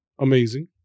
amazing